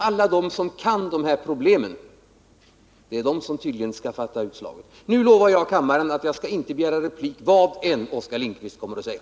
Alla de som kan de här problemen — det är tydligen de som skall fälla utslaget. Nu lovar jag kammaren att jag inte skall begära replik, vad än Oskar Lindkvist kommer att säga.